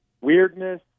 weirdness